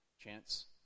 chance